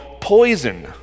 poison